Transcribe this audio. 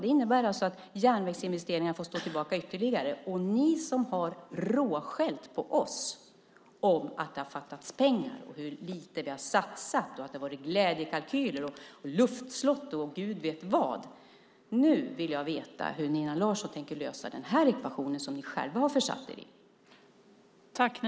Detta innebär alltså att järnvägsinvesteringarna får stå tillbaka ytterligare - och ni som har råskällt på oss om att det har fattats pengar och om hur lite vi har satsat och att det har varit glädjekalkyler och luftslott och gud vet vad! Nu vill jag veta hur Nina Larsson tänker lösa den här ekvationen som ni själva har försatt er i.